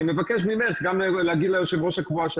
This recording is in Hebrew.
ואני מבקש ממך גם להגיד ליושב-ראש הקבועה של